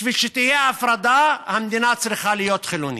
בשביל שתהיה הפרדה המדינה צריכה להיות חילונית,